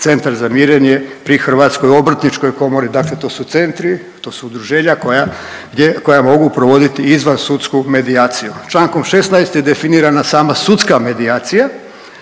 Centar za mirenje pri HOK-u dakle to su centri, to su udruženja koja mogu provoditi izvan sudsku medijaciju. Čl. 16. je definirana sama sudska medijacija,